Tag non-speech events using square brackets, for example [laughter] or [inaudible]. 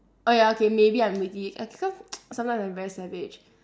oh ya okay maybe I'm witty okay cause [noise] sometimes I'm very savage